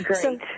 Great